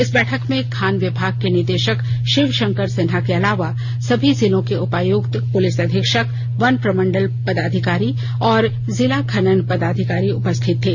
इस बैठक में खान विभाग के निदेशक शिवशंकर सिन्हा के अलावा सभी जिलों के उपायुक्त पुलिस अधीक्षक वन प्रमंडल पदाधिकारी और जिला खनन पदाधिकारी उपस्थित थे